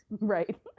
right